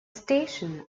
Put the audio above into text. station